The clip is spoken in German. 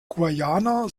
guyana